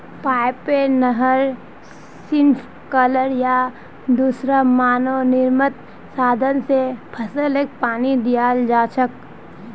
pipe, नहर, sprinkler या दूसरा मानव निर्मित साधन स फसलके पानी दियाल जा छेक